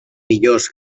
millors